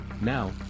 Now